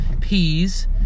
peas